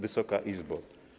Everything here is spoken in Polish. Wysoka Izbo!